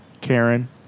Karen